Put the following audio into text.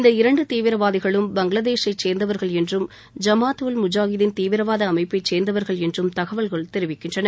இந்த இரண்டு தீவிரவாதிகளும் பங்களாதேஷை சேர்ந்தவர்கள் என்றும் ஜமாத் உல் முஜாஹிதீன் தீவிரவாத அமைப்பை சேர்ந்தவர்கள் என்றும் தகவல்கள் தெரிவிக்கின்றன